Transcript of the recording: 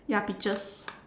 ya peaches